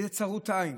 באיזה צרות עין